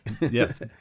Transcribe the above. Yes